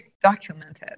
documented